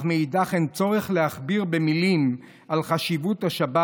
ומאידך, אין צורך להכביר במילים על חשיבות השבת.